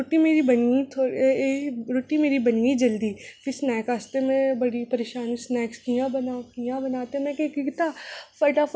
जगनमालां घरै च लाओ ते अपना शैल ध्यार बनदा